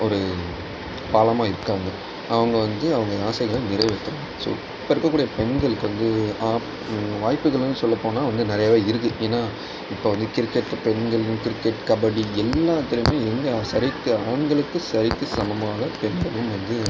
ஒரு பாலமாக இருக்காங்க அவங்க வந்து அவங்க ஆசைகளை நிறைவேற்றுறாங்க ஸோ இப்போ இருக்கக்கூடிய பெண்களுக்கு வந்து வாய்ப்புகளும் சொல்லப்போனால் வந்து நிறையாவே இருக்குது ஏன்னால் இப்போ வந்து கிரிக்கெட் பெண்கள் கிரிக்கெட் கபடி எல்லாத்துலேயுமே எங்கே சரிக்கு ஆண்களுக்கு சரிக்கு சமமாக பெண்களும் வந்து